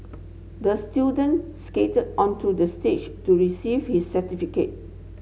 the student skated onto the stage to receive his certificate